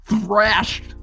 thrashed